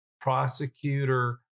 prosecutor